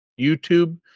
YouTube